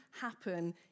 happen